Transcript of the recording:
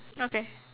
okay